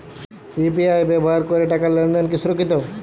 UPI ব্যবহার করে টাকা লেনদেন কি সুরক্ষিত?